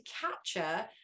capture